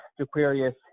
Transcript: Aquarius